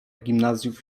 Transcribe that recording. gimnazjów